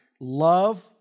love